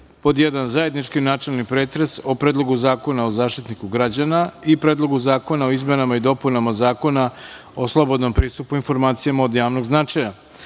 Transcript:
obavi:1. zajednički načelni pretres o Predlogu zakona o Zaštitniku građana i Predlogu Zakona o izmenama i dopunama Zakona o slobodnom pristupu informacijama od javnog značaja;2.